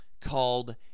called